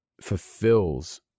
fulfills